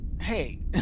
hey